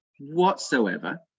whatsoever